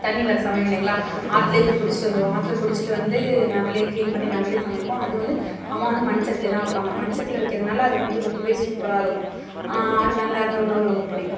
தண்ணி வர்ற சமயம் இல்லைங்களா ஆற்றிலே போய் பிடிச்சிட்டு வந்துடுவோம் ஆற்றுல பிடிச்சிட்டு வந்து நாங்களே கிளீன் பண்ணி நாங்களே சமைப்போம் அது வந்து அம்மா வந்து மண் சட்டியில்தான் வைப்பாங்க மண் சட்டியில் வைக்கிறதுனால் அதுவந்து ரொம்பவே சூப்பராக இருக்கும் அந்த உணவு ரொம்ப பிடிக்கும்